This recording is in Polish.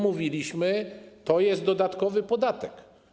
Mówiliśmy, że to jest dodatkowy podatek.